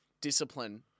discipline